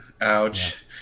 Ouch